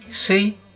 See